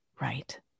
right